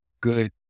good